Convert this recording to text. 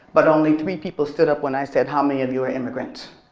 but only three people stood up when i said how many of you are immigrants.